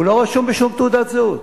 הוא לא רשום בשום תעודת זהות.